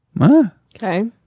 Okay